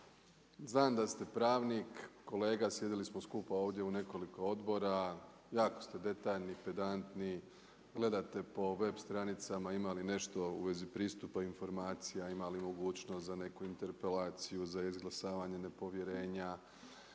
Znam da ste pravnik, kolega sjedili smo skupa ovdje u nekoliko odbora. Jako ste detaljni, pedantni, gledate po web stranicama ima li nešto u vezi pristupa informacija, ima li mogućnost za neku interpelaciju, za izglasavanje nepovjerenja,